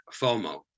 FOMO